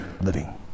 living